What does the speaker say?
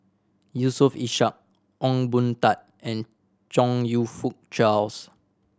Yusof Ishak Ong Boon Tat and Chong You Fook Charles